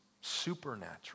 supernatural